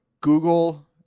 Google